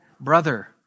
brother